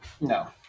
No